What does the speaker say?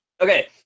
Okay